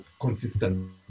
consistent